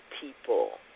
people